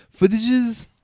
footages